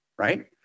Right